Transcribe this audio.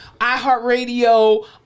iHeartRadio